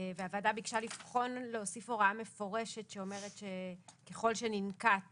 והוועדה ביקשה לבחון להוסיף הוראה מפורשת שאומרת שככל שננקט